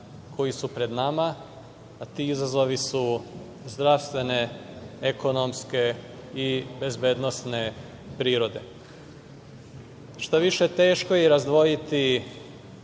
koji su pred nama, a ti izazovi su zdravstvene, ekonomske i bezbednosne prirode. Šta više, teško je razdvojiti